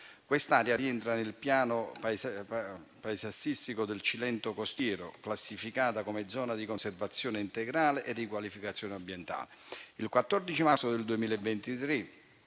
Quest'area rientra nel Piano paesaggistico del Cilento costiero, classificata come zona di conservazione integrale e riqualificazione ambientale.